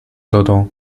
todo